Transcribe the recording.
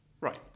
right